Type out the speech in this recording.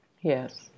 Yes